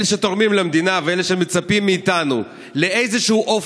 אלה שתורמים למדינה ואלה שמצפים מאיתנו לאיזשהו אופק,